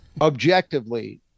Objectively